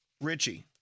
Richie